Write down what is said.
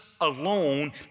alone